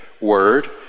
word